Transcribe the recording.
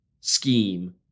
scheme